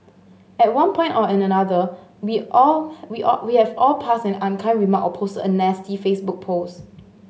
at one point or another we all we all we have all passed an unkind remark or posted a nasty Facebook post